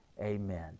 Amen